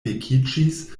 vekiĝis